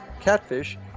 catfish